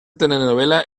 telenovela